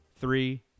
Three